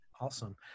awesome